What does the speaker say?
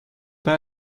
pas